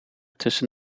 tussen